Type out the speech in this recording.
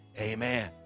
Amen